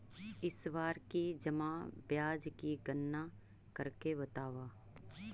इस बार की जमा ब्याज की गणना करके बतावा